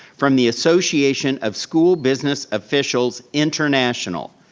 from the association of school business officials international.